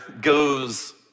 goes